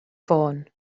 ffôn